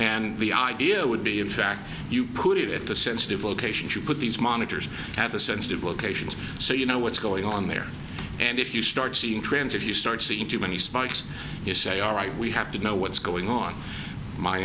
and the idea would be in fact you put it at the sensitive locations you put these monitors have the sensitive locations so you know what's going on there and if you start seeing trends if you start seeing too many spikes you say all right we have to know what's going on my